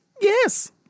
yes